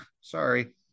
sorry